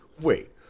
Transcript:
wait